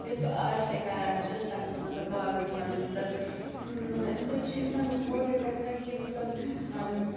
یُس بہٕ اَز تہِ کَران چھَس پنٛںِس مطلب باغَس منٛز تہٕ مطلب اَمہِ سۭتۍ چھِ اِنسان موٹِو گژھان کہِ مطلب